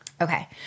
Okay